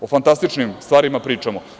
O fantastičnim stvarima pričamo.